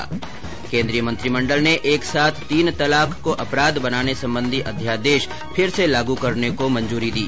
् केन्द्रीय मंत्रिमंडल ने एक साथ तीन तलाक को अपराध बनाने संबंधी अध्यादेश फिर से लागू करने को मंजूरी दी